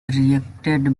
reacted